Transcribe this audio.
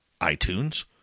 iTunes